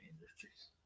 Industries